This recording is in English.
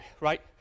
right